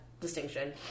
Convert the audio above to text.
distinction